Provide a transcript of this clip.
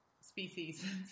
species